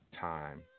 time